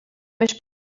més